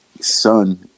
son